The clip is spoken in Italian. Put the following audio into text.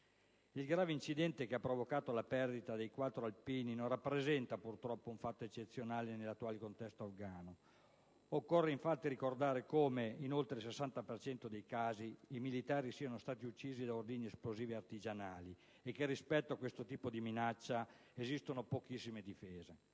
Il grave incidente che ha provocato la perdita dei quattro alpini non rappresenta, purtroppo, un fatto eccezionale nell'attuale contesto afgano. Occorre ricordare, infatti, come in oltre il 60 per cento dei casi i militari siano stati uccisi da ordigni esplosivi artigianali e che rispetto a tale tipo di minaccia esistono pochissime difese.